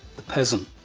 the peasant,